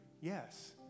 Yes